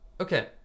Okay